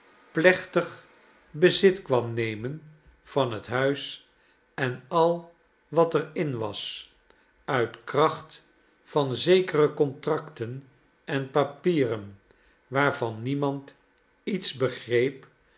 plechtig bezit kwam nemen van het huis en al wat er in was uit kraclit van zekere contracten en papieren waarvan niemand iets begreep